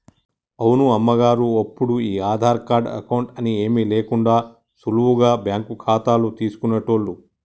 అవును అమ్మగారు ఒప్పుడు ఈ ఆధార్ కార్డు అకౌంట్ అని ఏమీ లేకుండా సులువుగా బ్యాంకు ఖాతాలు తీసుకునేటోళ్లు